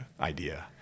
idea